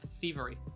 thievery